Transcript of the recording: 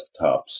desktops